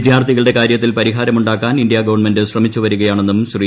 വിദ്യാർത്ഥികളുടെ കാര്യത്തിൽ പരിഹാരമുണ്ടാക്കാൻ ഇന്ത്യാ ഗവൺമെന്റ് ശ്രമിച്ചു വരികയാണെന്നും ശ്രീ